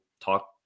talk